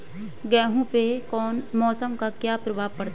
गेहूँ पे मौसम का क्या प्रभाव पड़ता है?